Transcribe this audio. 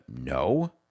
No